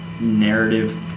narrative